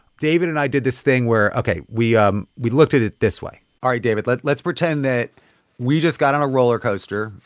david and i did this thing where ok, we um we looked at it this way all right, david, let's let's pretend that we just got on a roller coaster,